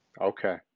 Okay